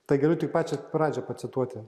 tai galiu tik pačią pradžią pacituoti